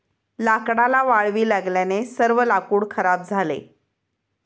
लाकडाला वाळवी लागल्याने सर्व लाकूड खराब झाले